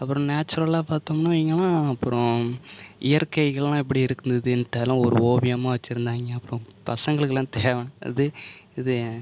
அப்புறம் நேச்சுரலாக பார்த்தோம்னா வைங்களேன் அப்புறம் இயற்கைகள்லாம் எப்படி இருக்குதுன்ட்டு அதல்லாம் ஒரு ஓவியமாக வச்சிருந்தாங்க அப்புறம் பசங்களுக்கெல்லாம் தேவையானது இது